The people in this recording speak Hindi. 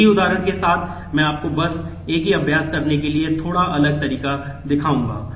एक ही उदाहरण के साथ मैं आपको बस एक ही अभ्यास करने के लिए थोड़ा अलग तरीका दिखाऊंगा